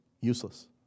useless